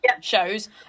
shows